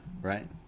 Right